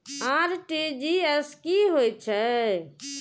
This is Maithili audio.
आर.टी.जी.एस की होय छै